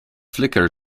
flickr